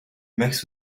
max